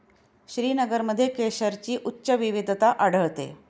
श्रीनगरमध्ये केशरची उच्च विविधता आढळते